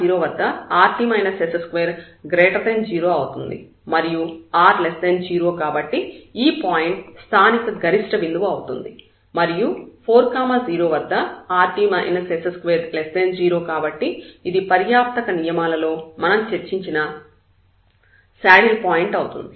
0 0 వద్ద rt s20 మరియు r0 కాబట్టి ఈ పాయింట్ స్థానిక గరిష్ట బిందువు అవుతుంది మరియు 4 0 వద్ద rt s2 0 కాబట్టి ఇది పర్యాప్తక నియమాలలో మనం చర్చించిన శాడిల్ పాయింట్ అవుతుంది